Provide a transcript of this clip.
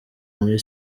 muri